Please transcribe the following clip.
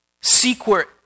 secret